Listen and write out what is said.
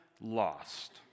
lost